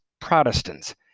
protestants